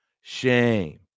Shame